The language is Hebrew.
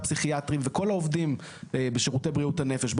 הפסיכיאטרים וכל העובדים בשירותי בריאות הנפש,